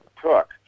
took